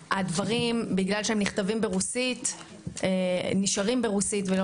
בגלל שהדברים נכתבים ונשארים ברוסית ולא